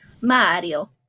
Mario